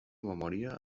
memòria